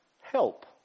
help